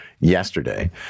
yesterday